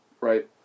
Right